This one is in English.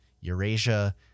Eurasia